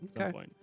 okay